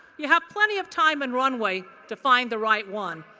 you have plenty of time and runway to find the right one.